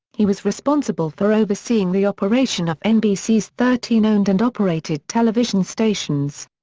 he was responsible for overseeing the operation of nbc's thirteen owned-and-operated television stations.